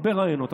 הרבה רעיונות.